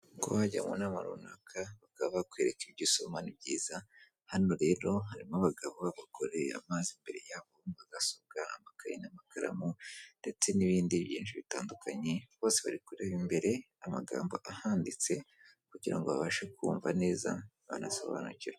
Kuhajya mu nama runaka bakaba bakwereka ibyo usomamo ni byiza, hano rero harimo abagabo b'abagore, amazi imbere yabo bagasuka amakaye n'amakaramu ndetse n'ibindi byinshi bitandukanye, bose bari kureba imbere amagambo ahanditse kugira ngo babashe kumva neza banasobanukirwe.